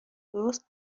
درست